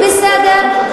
בסדר.